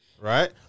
right